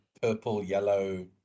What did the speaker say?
purple-yellow